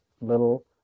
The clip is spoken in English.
little